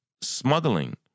smuggling